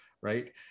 right